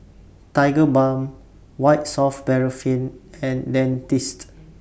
Tigerbalm White Soft Paraffin and Dentiste